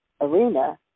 arena